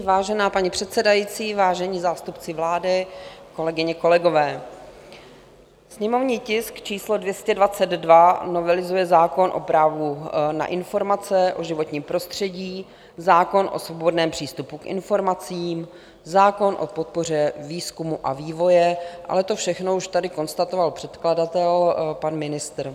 Vážená paní předsedající, vážení zástupci vlády, kolegyně, kolegové, sněmovní tisk číslo 222 novelizuje zákon o právu na informace o životním prostředí, zákon o svobodném přístupu k informacím, zákon o podpoře výzkumu a vývoje, ale to všechno už tady konstatoval předkladatel, pan ministr.